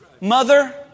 Mother